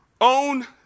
own